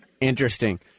Interesting